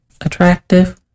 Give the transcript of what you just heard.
attractive